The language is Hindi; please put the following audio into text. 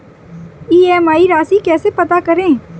ई.एम.आई राशि कैसे पता करें?